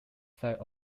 side